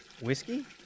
Whiskey